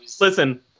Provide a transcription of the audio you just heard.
Listen